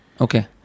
Okay